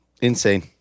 Insane